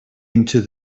into